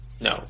No